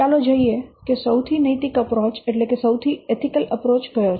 ચાલો જોઈએ કે સૌથી નૈતિક અપ્રોચ કયો છે